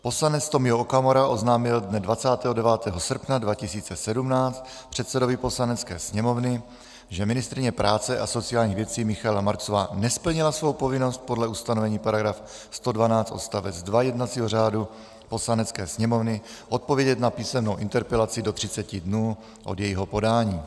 Poslanec Tomio Okamura oznámil dne 29. srpna 2017 předsedovi Poslanecké sněmovny, že ministryně práce a sociálních věcí Michaela Marksová nesplnila svou povinnost podle ustanovení § 112 odst. 2 jednacího řádu Poslanecké sněmovny odpovědět na písemnou interpelaci do třiceti dnů od jejího podání.